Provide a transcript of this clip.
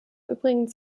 übrigens